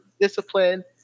discipline